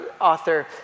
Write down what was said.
author